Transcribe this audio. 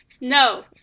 No